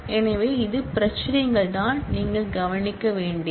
எனவே இந்த பிரச்சினைகள் தான் நீங்கள் கவனிக்க வேண்டியவை